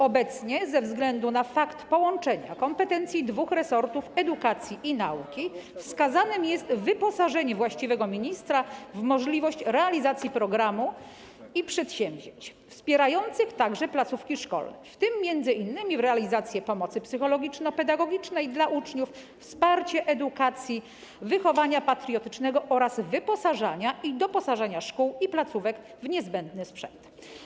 Obecnie ze względu na fakt połączenia kompetencji dwóch resortów: edukacji i nauki wskazane jest wyposażenie właściwego ministra w możliwość realizacji programu i przedsięwzięć wspierających także placówki szkolne, w tym m.in. realizacji pomocy psychologiczno-pedagogicznej dla uczniów, wsparcia edukacji, wychowania patriotycznego oraz wyposażania i doposażania szkół i placówek w niezbędny sprzęt.